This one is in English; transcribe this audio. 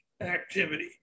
activity